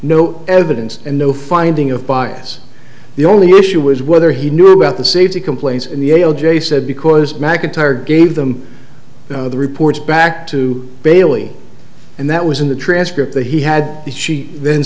no evidence and no finding of bias the only issue is whether he knew about the safety complaints in the o j said because mcintyre gave them the reports back to bailey and that was in the transcript that he had he she then